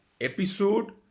episode